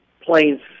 planes